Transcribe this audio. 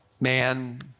man